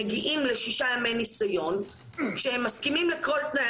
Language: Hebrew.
מגיעים ל-6 ימי ניסיון כשהם מסכימים לכל תנאי